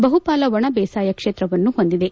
ಬಹುಪಾಲು ಒಣಬೇಸಾಯ ಕ್ಷೇತ್ರವನ್ನು ಹೊಂದಿದೆ